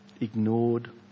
ignored